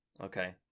Okay